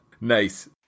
Nice